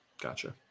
Gotcha